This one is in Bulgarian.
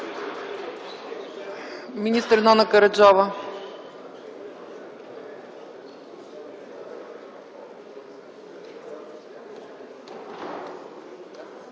Министър Нона Караджова.